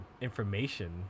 information